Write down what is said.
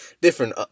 different